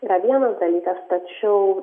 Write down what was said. yra vienas dalykas tačiau